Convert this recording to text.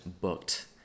booked